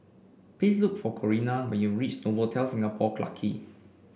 please look for Corinna when you reach Novotel Singapore Clarke Quay